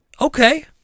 Okay